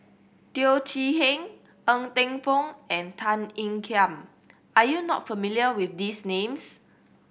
Teo Chee Hean Ng Teng Fong and Tan Ean Kiam are you not familiar with these names